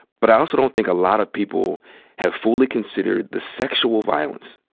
but i also don't think a lot of people have fully considered the sexual violence,